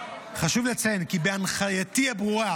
חשוב לציין כי בהנחייתי הברורה,